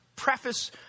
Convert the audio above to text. preface